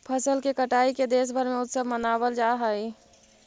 फसल के कटाई के देशभर में उत्सव मनावल जा हइ